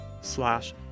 slash